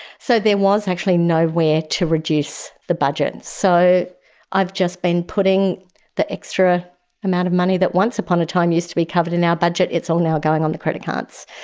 so there was actually nowhere to reduce the budget. so i've just been putting the extra amount of money that once upon a time used to be covered in our budget, it's all now going on the credit cards.